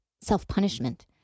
self-punishment